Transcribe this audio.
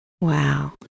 Wow